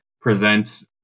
present